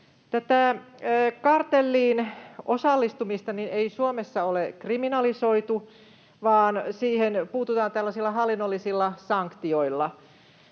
kartelliin osallistumista ei Suomessa ole kriminalisoitu vaan siihen puututaan tällaisilla hallinnollisilla sanktioilla.